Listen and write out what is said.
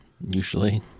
Usually